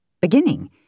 beginning